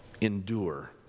endure